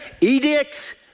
edicts